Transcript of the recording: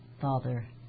Father